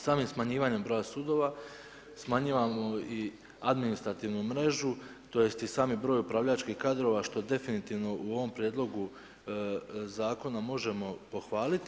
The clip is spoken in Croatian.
Samim smanjivanjem broja sudova smanjujemo i administrativnu mrežu, tj. i sami broj upravljačkih kadrova što definitivno u ovom prijedlogu zakona možemo pohvaliti.